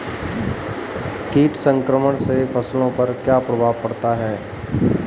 कीट संक्रमण से फसलों पर क्या प्रभाव पड़ता है?